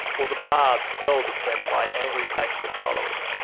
or the barbs hurled at them by angry facebook followers.